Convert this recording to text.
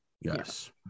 Yes